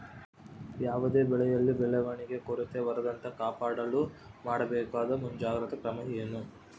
ಯಾವುದೇ ಬೆಳೆಯಲ್ಲಿ ಬೆಳವಣಿಗೆಯ ಕೊರತೆ ಬರದಂತೆ ಕಾಪಾಡಲು ಮಾಡಬೇಕಾದ ಮುಂಜಾಗ್ರತಾ ಕ್ರಮ ಏನು?